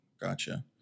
Gotcha